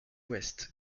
ouest